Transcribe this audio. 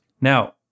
now